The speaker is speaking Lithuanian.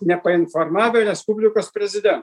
nepainformavę respublikos prezidento